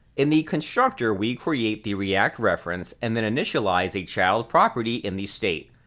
in the constructor we create the react reference and then initialize a child property in the state.